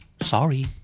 Sorry